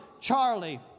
Charlie